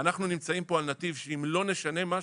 אנחנו נמצאים פה על נתיב שאם לא נשנה משהו,